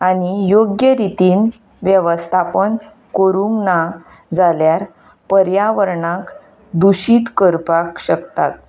आनी योग्य रितीन वेवस्थापन करूंक ना जाल्यार पर्यावरणाक दुशीत करपाक शकतात